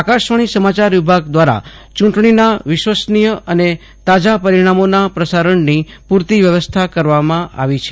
આકાશવાણીના સમાચાર વિભાગ દ્વારા ચૂંટણીના વિશ્વસનીય અને તાજાં પરિણામોના પ્રસારણની પૂરતી વ્યવસ્થા કરવામાં આવી છે